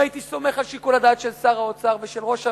אם הייתי סומך על שיקול הדעת של שר האוצר ושל ראש הממשלה,